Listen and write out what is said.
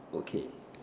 okay